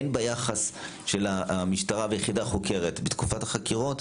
הן ביחס של המשטרה ויחידה החוקרת בתקופת החקירות,